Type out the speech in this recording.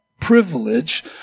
privilege